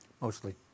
Mostly